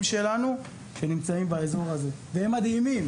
שלנו שנמצאים באזור הזה והם מדהימים